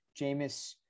Jameis